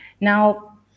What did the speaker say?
Now